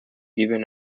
even